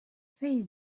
face